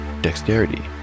Dexterity